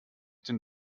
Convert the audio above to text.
den